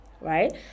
right